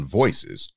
voices